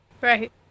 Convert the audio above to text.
Right